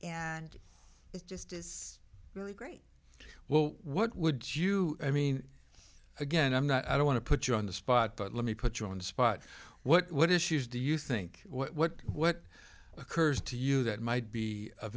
and it just is really great well what would you i mean again i'm not i don't want to put you on the spot but let me put you on the spot what issues do you think what what occurs to you that might be of